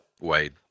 wade